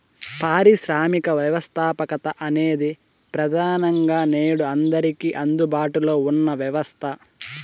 పారిశ్రామిక వ్యవస్థాపకత అనేది ప్రెదానంగా నేడు అందరికీ అందుబాటులో ఉన్న వ్యవస్థ